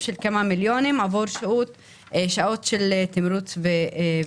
של כמה מיליוני שקלים עבור שעות של תמרוץ וטיפוח.